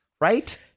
right